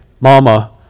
mama